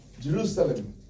Jerusalem